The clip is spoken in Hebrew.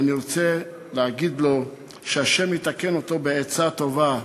ואני רוצה להגיד לו שה' יתקן אותו בעצה טובה,